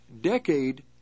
decade